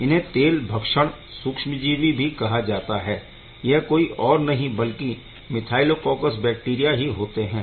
इन्हें तेल भक्षण सूक्ष्मजीवि भी कहा जाता है यह कोई और नहीं बल्कि मिथाइलोकौकस बैक्टीरिया ही होते है